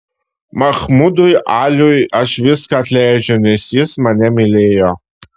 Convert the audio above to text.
mahmudui aliui aš viską atleidžiu nes jis mane mylėjo